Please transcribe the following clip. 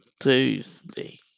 Tuesday